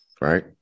right